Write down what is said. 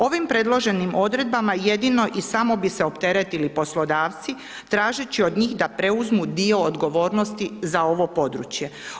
Ovim predloženim odredbama jedino i samo bi se opteretili poslodavci tražeći od njih da preuzmu dio odgovornosti za ovo područje.